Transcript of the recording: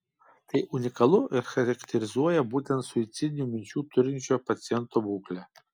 tai unikalu ir charakterizuoja būtent suicidinių minčių turinčio paciento būklę